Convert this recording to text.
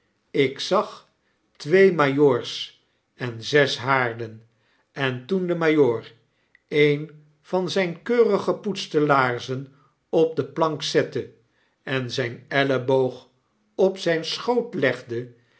ik zag twee majoors en zes haarden en toen de majoor een van zyne keurig gepoetste laarzen op de plank zette en zijn elleboog op zyn schoot legde